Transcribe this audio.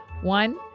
One